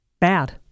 bad